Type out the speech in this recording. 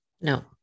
No